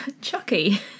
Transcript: Chucky